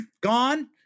gone